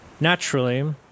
Naturally